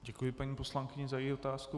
Děkuji paní poslankyni za její otázku.